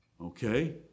Okay